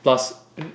plus